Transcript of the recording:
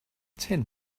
ten